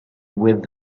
with